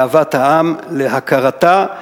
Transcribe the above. להכרתה,